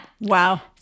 Wow